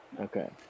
Okay